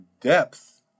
depth